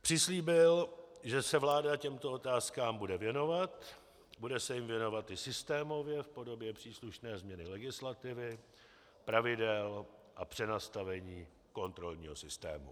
Přislíbil, že se vláda těmto otázkám bude věnovat, bude se jim věnovat i systémově v podobě příslušné změny legislativy, pravidel a přenastavení kontrolního systému.